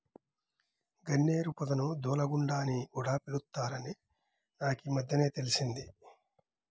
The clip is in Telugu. గన్నేరు పొదను దూలగుండా అని కూడా పిలుత్తారని నాకీమద్దెనే తెలిసింది